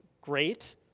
great